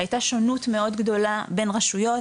הייתה שונות מאוד גדולה בין הרשויות